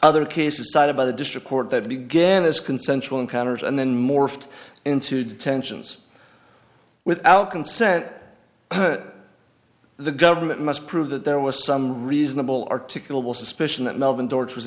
other cases cited by the district court that began as consensual encounters and then morphed into detentions without consent the government must prove that there was some reasonable articulable suspicion that melvin dort